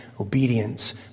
obedience